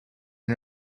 and